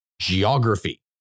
geography